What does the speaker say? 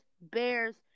Bears